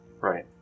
Right